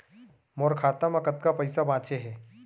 मोर खाता मा कतका पइसा बांचे हे?